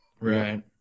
Right